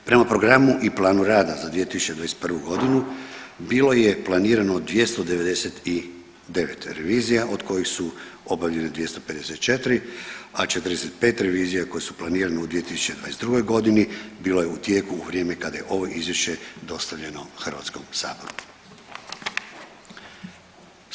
Prema Programu i planu rada za 2021. bilo je planirano 299 revizija, od kojih su obavljene 254, a 45 revizija koje su planirane u 2022. g. bilo je u tijeku u vrijeme kada je ovo Izvješće dostavljeno HS-u.